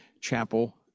Chapel